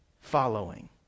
following